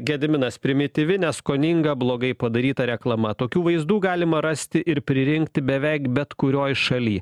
gediminas primityvi neskoninga blogai padaryta reklama tokių vaizdų galima rasti ir pririnkti beveik bet kurioj šaly